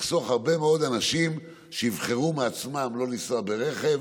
והרבה מאוד אנשים יבחרו בעצמם לא לנסוע ברכב,